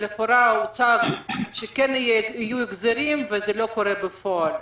שלכאורה הוצג שכן יהיו החזרים אך זה לא קורה בפועל.